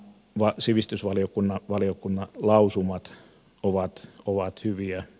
nämä sivistysvaliokunnan lausumat ovat hyviä